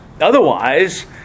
Otherwise